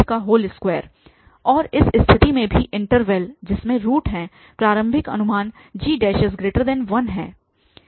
2 और इस स्थिति में भी इन्टरवल जिसमें रूट और प्रारंभिक अनुमान g1 है